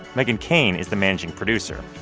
meghan keane is the managing producer.